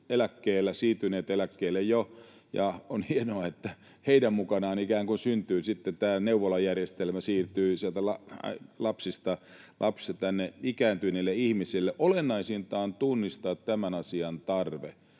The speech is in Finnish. siirtyneet jo eläkkeelle, ja on hienoa, että heidän mukanaan ikään kuin syntyy sitten tämä neuvolajärjestelmä, siirtyy sieltä lapsista tänne ikääntyneille ihmisille. Olennaisinta on tunnistaa tämän asian tarve.